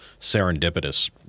serendipitous